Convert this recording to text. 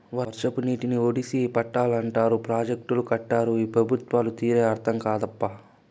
వర్షపు నీటిని ఒడిసి పట్టాలంటారు ప్రాజెక్టులు కట్టరు ఈ పెబుత్వాల తీరే అర్థం కాదప్పా